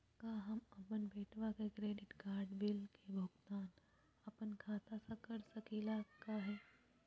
का हम अपन बेटवा के क्रेडिट कार्ड बिल के भुगतान अपन खाता स कर सकली का हे?